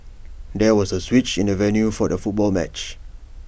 there was A switch in the venue for the football match